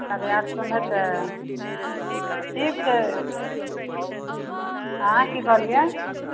साढ़े आठ सओमे हेतै ठीक छै अँए कि कहलिए